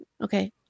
Okay